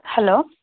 hello